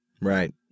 Right